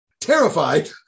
Terrified